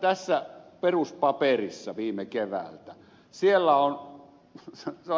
tämä peruspaperi viime keväältä on